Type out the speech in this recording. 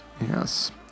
Yes